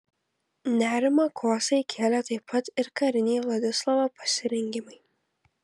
nerimą kosai kėlė taip pat ir kariniai vladislovo pasirengimai